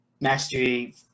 Mastery